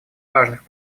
важных